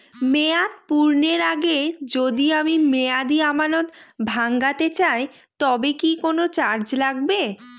মেয়াদ পূর্ণের আগে যদি আমি মেয়াদি আমানত ভাঙাতে চাই তবে কি কোন চার্জ লাগবে?